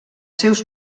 seus